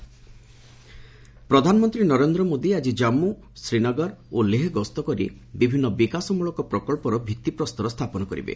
PM J and K ପ୍ରଧାନମନ୍ତ୍ରୀ ନରେନ୍ଦ୍ର ମୋଦି ଆଜି ଜାମ୍ମୁ ଶ୍ରୀନଗର ଓ ଲେହ ଗସ୍ତ କରି ବିଭିନ୍ନ ବିକାଶମଳକ ପ୍ରକଳ୍ପର ଭିତ୍ତିପ୍ରସ୍ତର ସ୍ଥାପନ କରିବେ